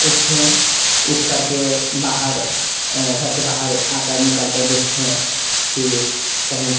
उठें उठ कर के बाहर घर के बाहर आ कर निकल कर देखें कि कहीं